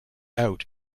out